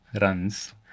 runs